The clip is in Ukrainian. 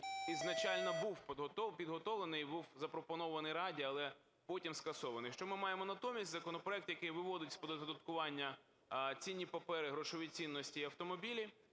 ізначально був підготовлений і був запропонований Раді, але потім скасований. Що ми маємо натомість? Законопроект, який виводить з-під оподаткування цінні папери, грошові цінності і автомобілі